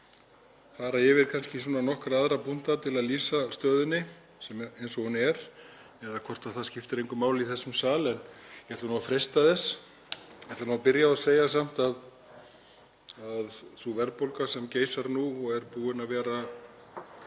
máli að fara yfir nokkra aðra punkta til að lýsa stöðunni eins og hún er eða hvort það skipti engu máli í þessum sal en ég ætla nú að freista þess. Ég ætla samt að byrja á að segja að sú verðbólga sem geisar nú, er búin að vera